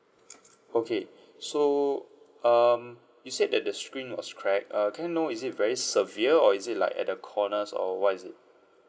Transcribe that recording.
okay so um you said that the screen was cracked uh can I know is it very severe or is it like at the corners or what is it